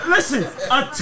Listen